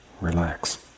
relax